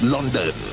London